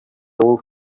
old